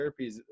therapies